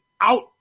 out